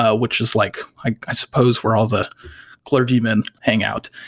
ah which is like i suppose where all the clergymen hang out.